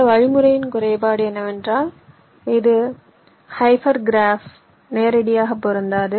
இந்த வழிமுறையின் குறைபாடு என்னவென்றால் இது ஹைப்பர் கிராபிற்கு நேரடியாக பொருந்தாது